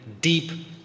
deep